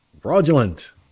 fraudulent